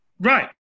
right